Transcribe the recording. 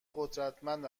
قدرتمند